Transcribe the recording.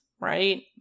right